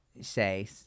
say